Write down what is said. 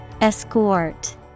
Escort